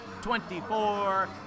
24